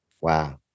Wow